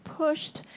pushed